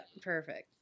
perfect